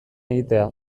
egitea